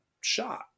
shot